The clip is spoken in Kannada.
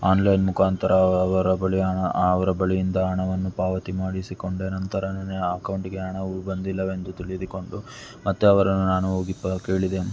ಆನ್ಲೈನ್ ಮುಖಾಂತರ ಅವರ ಬಳಿ ಹಣ ಅವರ ಬಳಿಯಿಂದ ಹಣವನ್ನು ಪಾವತಿ ಮಾಡಿಸಿಕೊಂಡೆ ನಂತರ ನನ್ನ ಅಕೌಂಟಿಗೆ ಹಣವು ಬಂದಿಲ್ಲವೆಂದು ತಿಳಿದಿಕೊಂಡು ಮತ್ತು ಅವರನ್ನು ನಾನು ಹೋಗಿ ಪ ಕೇಳಿದೆ